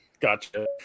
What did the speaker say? Gotcha